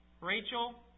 Rachel